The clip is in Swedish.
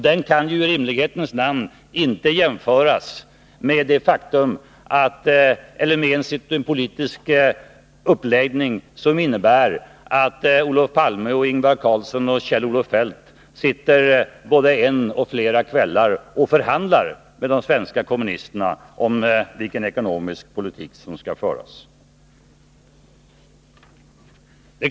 Den kan i rimlighetens namn inte jämföras med en politisk uppläggning, som innebär att Olof Palme, Ingvar Carlsson och Kjell-Olof Feldt sitter både en och flera kvällar och förhandlar med de svenska kommunisterna om vilken ekonomisk politik som skall föras.